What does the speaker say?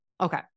okay